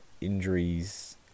injuries